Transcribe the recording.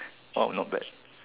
oh not bad